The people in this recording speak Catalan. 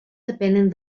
depenen